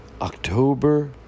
October